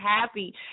happy